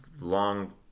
long